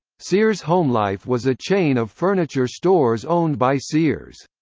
sears homelife was a chain of furniture stores owned by sears.